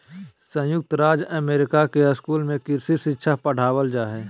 संयुक्त राज्य अमेरिका के स्कूल में कृषि शिक्षा पढ़ावल जा हइ